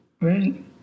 Right